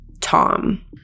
Tom